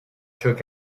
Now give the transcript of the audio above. took